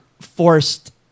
forced